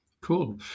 Cool